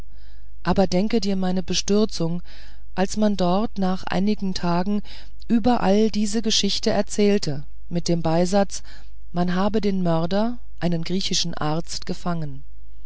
aber denke dir meine bestürzung als man dort nach einigen tagen überall diese geschichte er zählte mit dem beisatz man habe den mörder einen griechischen arzt gefangen